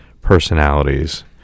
personalities